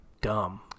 dumb